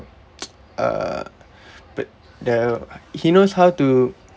uh but the he knows how to